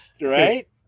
right